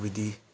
प्रविधि